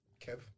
Kev